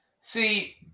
See